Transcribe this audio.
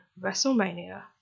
Wrestlemania